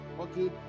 okay